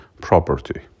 property